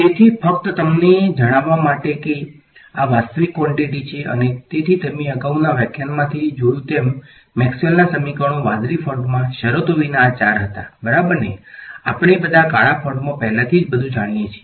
તેથી ફક્ત તમને જણાવવા માટે કે આ વાસ્તવિક ક્વોંટીટી છે અને તેથી તમે અગાઉના વ્યાખ્યાનમાંથી જોયું તેમ મેક્સવેલના સમીકરણો વાદળી ફોન્ટમાં શરતો વિના આ ચાર હતા બરાબર આપણે બધા કાળા ફોન્ટમાં પહેલેથી જ બધું જાણીએ છીએ